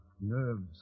Nerves